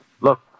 Look